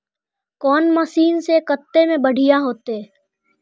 कौन मशीन से कते में बढ़िया होते है?